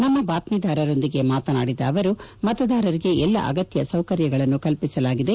ನಮ್ಮ ಬಾತ್ಮೀದಾರರೊಂದಿಗೆ ಮಾತನಾಡಿದ ಅವರು ಮತದಾರರಿಗೆ ಎಲ್ಲ ಅಗತ್ಯ ಸೌಕರ್ಯಗಳನ್ನು ಕಲ್ಪಿಸಲಾಗಿದೆ